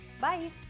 Bye